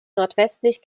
nordwestlich